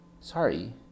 Sorry